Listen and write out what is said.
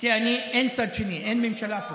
כי אני, אין צד שני, אין ממשלה פה.